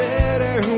better